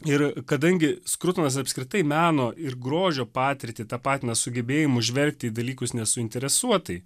ir kadangi skrutonas apskritai meno ir grožio patirtį tapatina su gebėjimu žvelgti į dalykus nesuinteresuotai